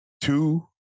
two